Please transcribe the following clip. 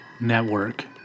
Network